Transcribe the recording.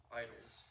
idols